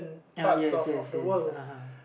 ya yes yes yes (uh huh)